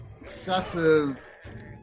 excessive